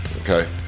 Okay